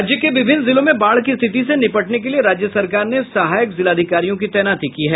राज्य के विभिन्न जिलों में बाढ़ की स्थिति से निपटने के लिए राज्य सरकार ने सहायक जिलाधिकारियों की तैनाती की है